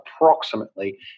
approximately